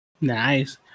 Nice